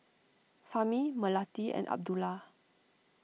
Fahmi Melati and Abdullah